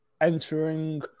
entering